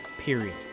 period